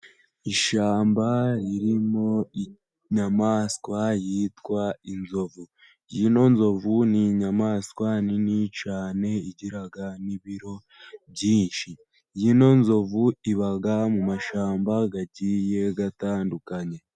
Ishyamba ririmo inyamaswa yitwa nzovu, iyi nzovu ni inyamaswa nini cyane igira n'ibiro byinshi, iyi nzovu iba mu mashyamba agiye atandukanye.